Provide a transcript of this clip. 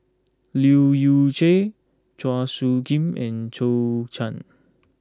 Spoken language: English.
Leu Yew Chye Chua Soo Khim and Zhou Can